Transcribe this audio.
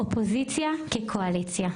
אופוזיציה כקואליציה.